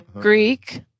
Greek